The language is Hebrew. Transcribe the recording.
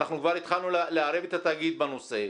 אנחנו כבר התחלנו לערב את התאגיד בנושא.